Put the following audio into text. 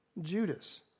Judas